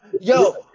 Yo